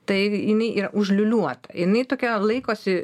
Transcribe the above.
tai jinai yra užliūliuota jinai tokia laikosi